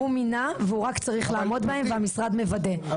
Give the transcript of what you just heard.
מינה והוא רק צריך לעמוד בעמוד והמשרד מוודא,